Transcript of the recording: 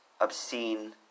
obscene